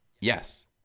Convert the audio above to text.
Yes